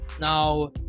Now